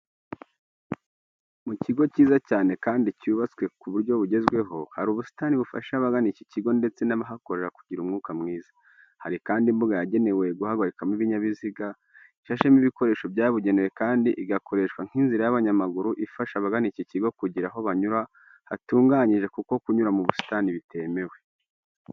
Mu kigo kiza cyane kandi cyubatswe ku buryo bugezweho, hari ubusitani bufasha abagana iki kigo ndetse n'abahakorera kugira umwuka mwiza. Hari kandi imbuga yagenewe guhagarikamo ibinyabiziga ishashemo ibikoresho byabugenewe kandi igakoreshwa nk'inzira y'abanyamaguru ifasha abagana iki kigo kugira aho banyura hatunganyije kuko kunyura mu busitani bitemewe.